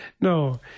no